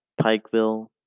Pikeville